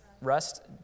rust